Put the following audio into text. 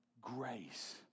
grace